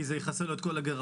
כי זה יכסה לו את כל הגירעון?